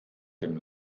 dem